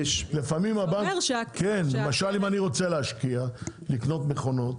למשל, אם אני רוצה להשקיע ולקנות מכונות